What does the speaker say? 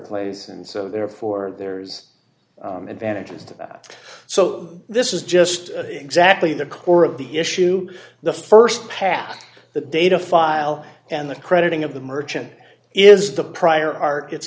place and so therefore there's advantages to that so this is just exactly the core of the issue the st pass the data file and the crediting of the merchant is the prior art